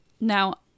Now